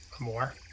More